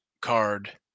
card